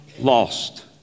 Lost